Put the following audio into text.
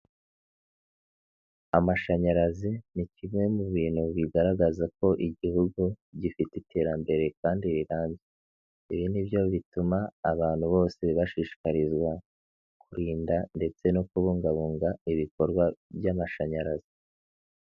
Amashanyarazi ni kimwe mu bintu bigaragaza ko Igihugu gifite iterambere kandi rirambye. Ibi nibyo bituma abantu bose bashishikarizwa kurinda ndetse no kubungabunga ibikorwa by'amashanyarazi.